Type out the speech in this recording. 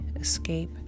escape